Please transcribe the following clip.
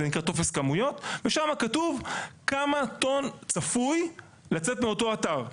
זה נקרא טופס כמויות ושם כתוב כמה טון צפוי לצאת מאותו אתר.